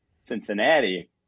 Cincinnati